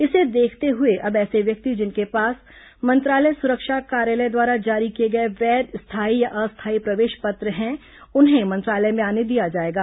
इसे देखते हुए अब ऐसे व्यक्ति जिनके पास मंत्रालय सुरक्षा कार्यालय द्वारा जारी किए गए वैध स्थायी या अस्थायी प्रवेश पत्र है उन्हें मंत्रालय में आने दिया जाएगा